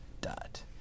dot